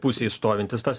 pusėj stovintis tas